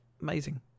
amazing